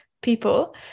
people